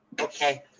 Okay